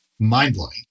mind-blowing